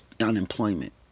unemployment